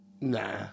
Nah